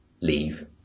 leave